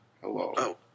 hello